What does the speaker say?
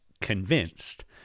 convinced